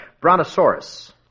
brontosaurus